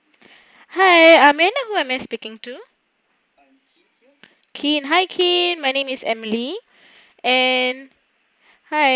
hi may I know whom am I speaking to kim hi kim my name is emily and hi